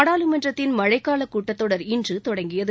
நாடாளுமன்றத்தின் மழைக்காலக் கூட்டத்தொடர் இன்று தொடங்கியது